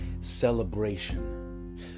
celebration